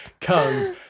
comes